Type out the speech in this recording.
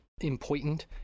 important